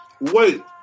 wait